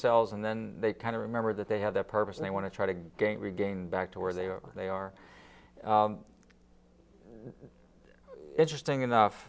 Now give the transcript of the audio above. cells and then they kind of remember that they have their purpose and they want to try to gain regain back to where they are they are interesting enough